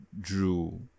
drew